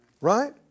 Right